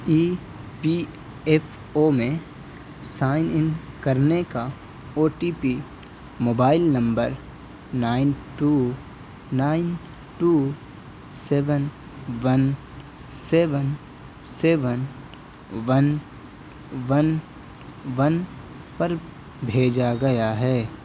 ای P F O میں sign in کرنے کا O T P mobile number nine two nine two seven one seven seven one one one پر بھیجا گیا ہے